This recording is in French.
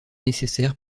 nécessaire